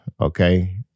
okay